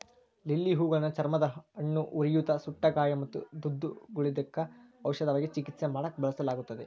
lily ಹೂಗಳನ್ನ ಚರ್ಮದ ಹುಣ್ಣು, ಉರಿಯೂತ, ಸುಟ್ಟಗಾಯ ಮತ್ತು ದದ್ದುಗಳಿದ್ದಕ್ಕ ಔಷಧವಾಗಿ ಚಿಕಿತ್ಸೆ ಮಾಡಾಕ ಬಳಸಲಾಗುತ್ತದೆ